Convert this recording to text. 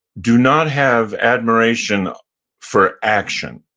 do not have admiration for action.